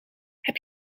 heb